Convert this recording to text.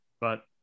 but-